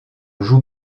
joue